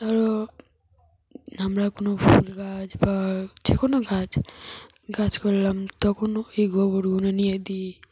ধরো আমরা কোনো ফুল গাছ বা যে কোনো গাছ গাছ করলাম তখনও ওই গোবরগুলো নিয়ে দিই